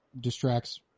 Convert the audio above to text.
distracts